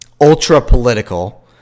ultra-political